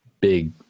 big